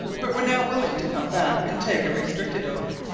but were now willing to come back and take a restricted oath.